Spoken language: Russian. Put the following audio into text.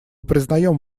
признаем